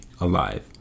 alive